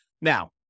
Now